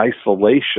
isolation